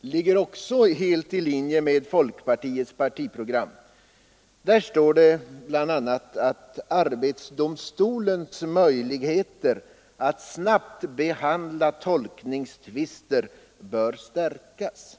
ligger helt i linje med folkpartiets partiprogram. Där står det bl.a. att arbetsdomstolens möjligheter att snabbt behandla tolkningstvister bör stärkas.